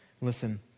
Listen